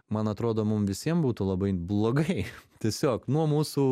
man atrodo mum visiem būtų labai blogai tiesiog nu mūsų